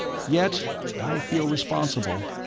yet i feel responsible,